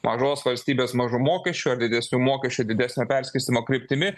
mažos valstybės mažų mokesčių ar didesnių mokesčių didesnio perskirstymo kryptimi